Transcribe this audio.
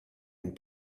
and